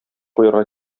куярга